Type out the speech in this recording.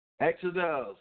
Exodus